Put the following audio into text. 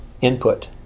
input